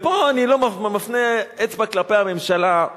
ופה אני מפנה אצבע כלפי הממשלה,